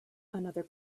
another